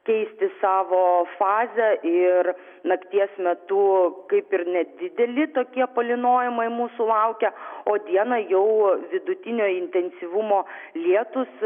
keisti savo fazę ir nakties metu kaip ir nedideli tokie palynojimai mūsų laukia o dieną jau vidutinio intensyvumo lietūs